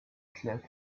cliff